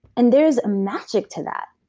and there is a magic to that.